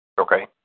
Okay